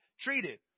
treated